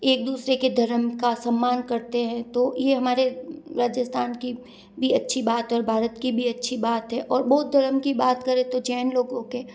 सब एक दूसरे के धर्म का सम्मान करते है तो ये हमारे राजस्थान की भी अच्छी बात और भारत की भी अच्छी बात है और बौद्ध धर्म की बात करें तो जैन लोगों के